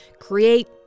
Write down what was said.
create